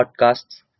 podcasts